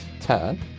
turn